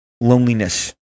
loneliness